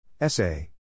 Essay